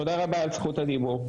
תודה רבה על זכות הדיבור.